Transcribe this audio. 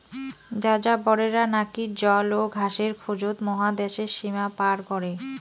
যাযাবরেরা নাকি জল ও ঘাসের খোঁজত মহাদ্যাশের সীমা পার করে